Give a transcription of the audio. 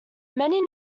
many